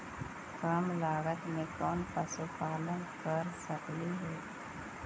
कम लागत में कौन पशुपालन कर सकली हे?